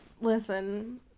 listen